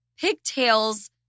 pigtails